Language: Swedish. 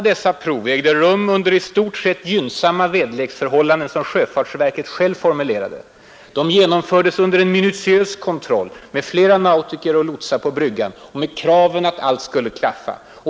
dessa prov ägde rum under i stort sett gynnsamma väderleksförhållanden, Den fysiska riksplasom sjöfartsverket själv formulerade det. De genomfördes under en neringen m.m. miniutiös kontroll med flera nautiker och lotsar på bryggan och med kravet att allt skulle klaffa.